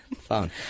phone